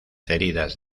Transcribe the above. heridas